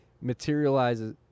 materializes